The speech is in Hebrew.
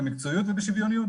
במקצועיות ובשוויוניות.